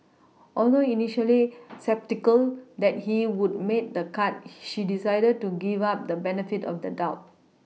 although initially sceptical that he would make the cut she decided to give up the benefit of the doubt